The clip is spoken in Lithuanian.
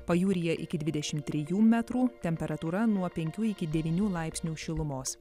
pajūryje iki dvidešimt trijų metrų temperatūra nuo penkių iki devynių laipsnių šilumos